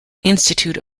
institute